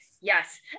yes